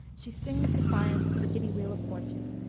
she sings defiance to the giddy wheel of fortune.